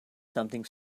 something